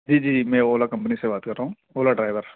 جی جی میں اولا کمپنی سے بات کر رہا ہوں اولا ڈرائیور